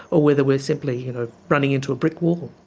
or whether we're simply you know running into a brick wall.